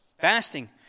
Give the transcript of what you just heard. fasting